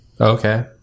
okay